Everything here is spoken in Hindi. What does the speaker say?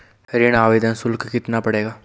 ऋण आवेदन शुल्क कितना पड़ेगा?